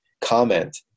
comment